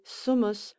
sumus